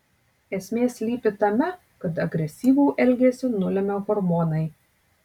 esmė slypi tame kad agresyvų elgesį nulemia hormonai